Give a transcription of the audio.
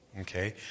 okay